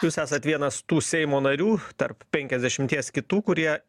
jūs esat vienas tų seimo narių tarp penkiasdešimties kitų kurie